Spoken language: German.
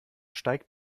steigt